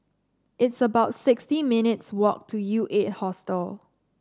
it's about sixty minutes' walk to UEight Hostel